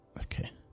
Okay